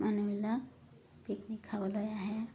মানুহবিলাক পিকনিক খাবলৈ আহে